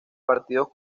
partidos